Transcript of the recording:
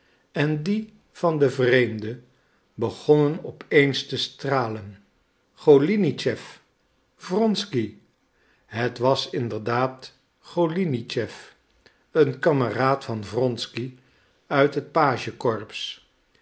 en die van den vreemde begonnen op eens te stralen golinitschef wronsky het was inderdaad golinitschef een kameraad van wronsky uit het page corps